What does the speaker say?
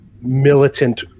militant